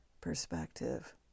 perspective